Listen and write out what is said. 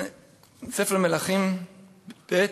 בספר מלכים ב'